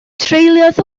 treuliodd